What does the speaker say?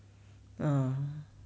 uh